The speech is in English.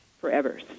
forever